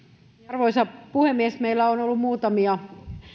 arvoisa puhemies meillä on ollut muutamia